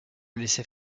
laissait